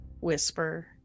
whisper